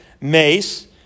mace